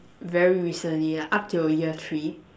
very recently lah up till year three